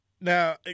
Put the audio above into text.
Now